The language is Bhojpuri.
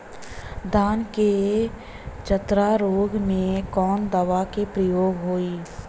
धान के चतरा रोग में कवन दवा के प्रयोग होई?